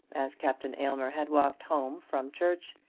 as captain aylmer had walked home from church,